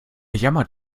jammert